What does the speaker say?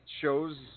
shows